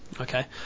Okay